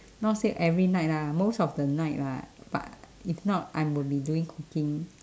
not say every night lah most of the night lah but if not I will be doing cooking